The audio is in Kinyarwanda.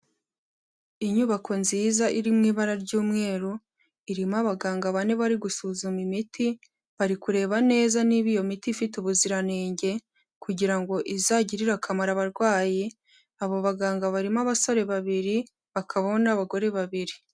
Inyubako nziza iri mu ibara ry'umweru, irimo abaganga bane bari gusuzuma imiti, bari kureba neza niba iyo miti ifite ubuziranenge, kugira ngo izagirire akamaro abarwayi, abo baganga barimo abasore babiri, hakabaho n'abagore babiri.